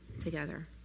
together